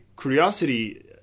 curiosity